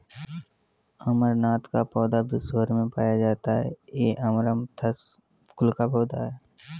अमरनाथ का पौधा विश्व् भर में पाया जाता है ये अमरंथस कुल का पौधा है